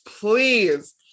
please